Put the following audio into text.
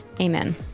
Amen